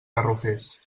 garrofers